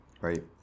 right